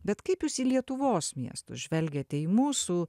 bet kaip jūs į lietuvos miestus žvelgiate į mūsų